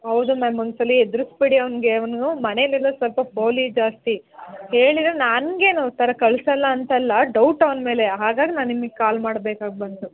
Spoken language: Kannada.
ಹೌದು ಮ್ಯಾಮ್ ಒಂದ್ಸಲಿ ಹೆದ್ರುಸ್ಬಿಡಿ ಅವ್ನಿಗೆ ಅವನೂ ಮನೆಯಲ್ ಎಲ್ಲ ಸ್ವಲ್ಪ ಪೋಲಿ ಜಾಸ್ತಿ ಹೇಳಿದ್ರೆ ನಂಗೇನು ಈ ಥರ ಕಳ್ಸೋಲ್ಲ ಅಂತ ಅಲ್ಲ ಡೌಟ್ ಅವ್ನ ಮೇಲೆ ಹಾಗಾಗಿ ನಾನು ನಿಮಗ್ ಕಾಲ್ ಮಾಡ್ಬೇಕಾಗಿ ಬಂತು